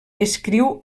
escriu